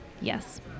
yes